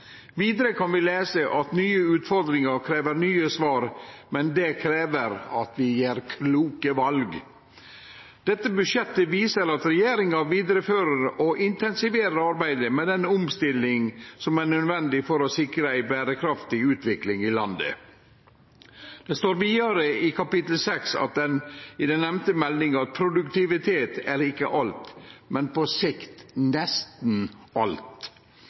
Vidare kan vi lese at «nye utfordringer krever nye svar», men det krev at vi gjer kloke val. Dette budsjettet viser at regjeringa vidarefører og intensiverer arbeidet med den omstillinga som er nødvendig for å sikre ei berekraftig utvikling i landet. Det står vidare, i kapittel 6, i den nemnde meldinga: «Produktivitet er ikke alt, men på lang sikt er det nesten alt.»